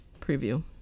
Preview